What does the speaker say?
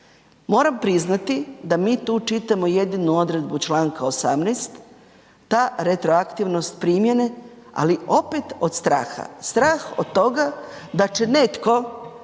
Moram priznati da mi tu čitamo jedinu odredbu čl. 18. ta retroaktivnost primjene, ali opet od straha. Strah od toga da će netko,